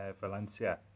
Valencia